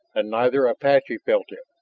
and neither apache felt it.